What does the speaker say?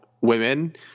women